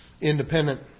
independent